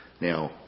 Now